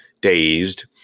dazed